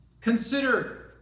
Consider